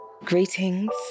Greetings